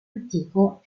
antico